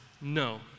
No